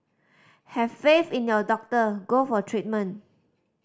have faith in your doctor go for treatment